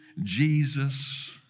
Jesus